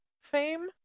fame